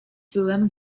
byłem